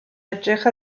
edrych